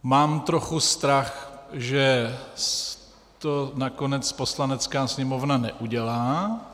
Mám trochu strach, že to nakonec Poslanecká sněmovna neudělá.